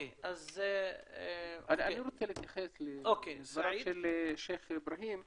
אני רוצה להתייחס לדבריו של שייח' אבראהים.